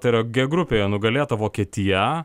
tai yra g grupėje nugalėta vokietija